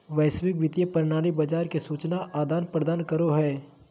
वैश्विक वित्तीय प्रणाली बाजार के सूचना आदान प्रदान करो हय